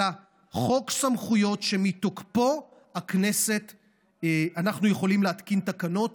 אלא חוק סמכויות שמתוקפו אנחנו יכולים להתקין תקנות,